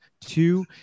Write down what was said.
Two